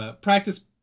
Practice